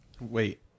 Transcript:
Wait